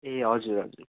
ए हजुर हजुर